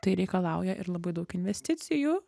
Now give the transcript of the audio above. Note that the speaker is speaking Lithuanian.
tai reikalauja ir labai daug investicijų